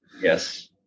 yes